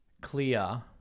clear